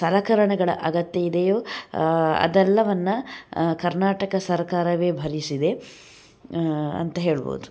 ಸಲಕರಣೆಗಳ ಅಗತ್ಯ ಇದೆಯೊ ಅದೆಲ್ಲವನ್ನು ಕರ್ನಾಟಕ ಸರ್ಕಾರವೆ ಭರಿಸಿದೆ ಅಂತ ಹೇಳ್ಬೋದು